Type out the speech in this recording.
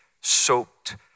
soaked